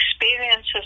experiences